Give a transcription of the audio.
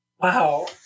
Wow